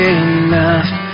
enough